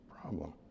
problem